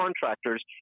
contractors